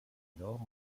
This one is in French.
alors